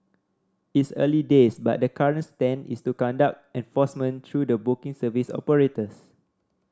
it's early days but the current stance is to conduct enforcement through the booking service operators